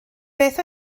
beth